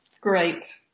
Great